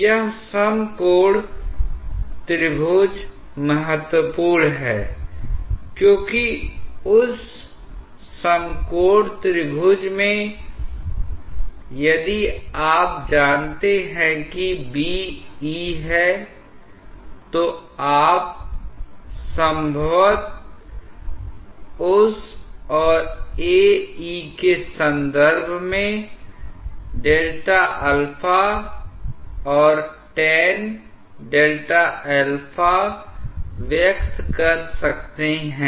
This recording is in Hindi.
यह समकोण त्रिभुज महत्वपूर्ण है क्योंकि उस समकोण त्रिभुज में यदि आप जानते हैं कि B E है तो आप संभवतः उस और A E के संदर्भ में Δα or tanΔα व्यक्त कर सकते हैं